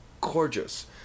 gorgeous